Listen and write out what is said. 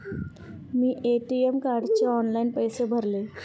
मी ATM कार्डने online पैसे भरले